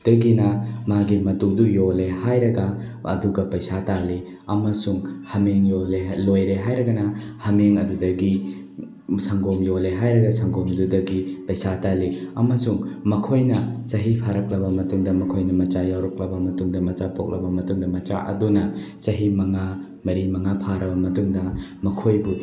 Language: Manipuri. ꯗꯒꯤꯅ ꯃꯥꯒꯤ ꯃꯇꯨꯗꯣ ꯌꯣꯜꯂꯦ ꯍꯥꯏꯔꯒ ꯑꯗꯨꯒ ꯄꯩꯁꯥ ꯇꯥꯜꯂꯤ ꯑꯝꯁꯨꯡ ꯍꯃꯦꯡ ꯂꯣꯏꯔꯦ ꯍꯥꯏꯔꯒꯅ ꯍꯃꯦꯡ ꯑꯗꯨꯗꯒꯤ ꯁꯪꯒꯣꯝ ꯌꯣꯜꯂꯦ ꯍꯥꯏꯔꯒ ꯁꯪꯒꯣꯝꯗꯨꯗꯒꯤ ꯄꯩꯁꯩ ꯇꯥꯜꯂꯤ ꯑꯃꯁꯨꯡ ꯃꯈꯣꯏꯅ ꯆꯍꯤ ꯐꯥꯔꯛꯂꯕ ꯃꯇꯨꯡꯗ ꯃꯈꯣꯏꯅ ꯃꯆꯥ ꯌꯥꯎꯔꯛꯂꯕ ꯃꯇꯨꯡꯗ ꯃꯆꯥ ꯄꯣꯛꯂꯕ ꯃꯇꯨꯡꯗ ꯃꯆꯥ ꯑꯗꯨꯅ ꯆꯍꯤ ꯃꯉꯥ ꯃꯔꯤ ꯃꯉꯥ ꯐꯥꯔꯕ ꯃꯇꯨꯡꯗ ꯃꯈꯣꯏꯕꯨ